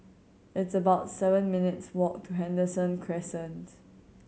it's about seven minutes' walk to Henderson Crescent